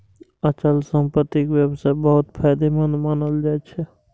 अचल संपत्तिक व्यवसाय बहुत फायदेमंद मानल जाइ छै